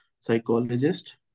psychologist